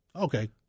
Okay